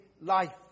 life